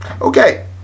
Okay